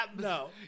No